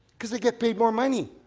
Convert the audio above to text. because they get paid more money.